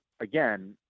again